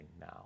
now